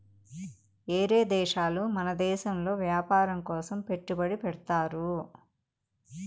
ఏరే దేశాలు మన దేశంలో వ్యాపారం కోసం పెట్టుబడి పెడ్తారు